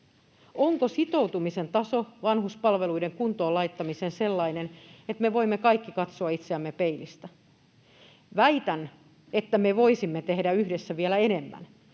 Onko sitoutumisen taso vanhuspalveluiden kuntoon laittamiseen sellainen, että me voimme kaikki katsoa itseämme peilistä? Väitän, että me voisimme tehdä yhdessä vielä enemmän.